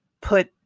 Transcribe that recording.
put